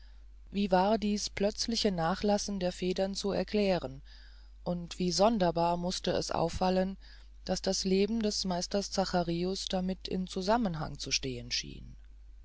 wie war dies plötzliche nachlassen der federn zu erklären und wie sonderbar mußte es auffallen daß das leben des meister zacharius damit in zusammenhang zu stehen schien